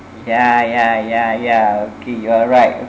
yeah yeah yeah yeah okay you are right